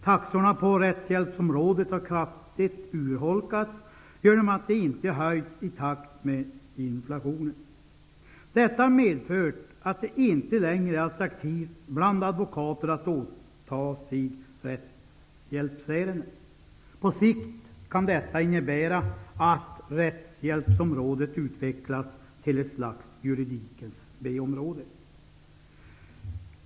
Taxorna på rättshjälpsområdet har kraftigt urholkats genom att de inte höjts i takt med inflationen. Detta medför att det inte längre är attraktivt bland advokater att åta sig rättshjälpsärenden. På sikt kan detta innebära att rättshjälpsområdet utvecklas till ett slags juridikens B-område.